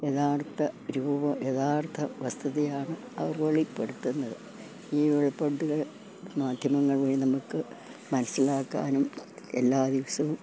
യഥാർത്ഥ രൂപം യഥാർത്ഥ വസ്തുതയാണ് അവർ വെളിപ്പെടുത്തുന്നത് ഈ വെളിപ്പെടുത്തലുകള് മാധ്യമങ്ങൾ വഴി നമുക്ക് മനസ്സിലാക്കാനും എല്ലാ ദിവസവും